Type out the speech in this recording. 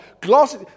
Glass